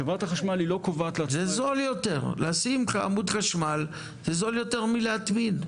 חברת החשמל לא קובעת --- לשים עמוד חשמל זה זול יותר מלהטמין,